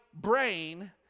brain